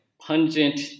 pungent